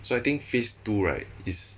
so I think phase two right is